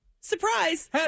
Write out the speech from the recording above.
Surprise